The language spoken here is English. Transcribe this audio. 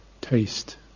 taste